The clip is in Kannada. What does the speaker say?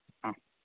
ಹಾಂ